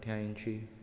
अठ्यायशीं